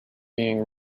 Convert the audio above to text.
being